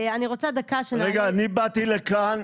באתי לכאן,